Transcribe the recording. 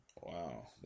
Wow